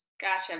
Gotcha